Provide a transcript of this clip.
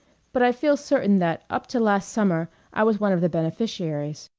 but i feel certain that up to last summer i was one of the beneficiaries.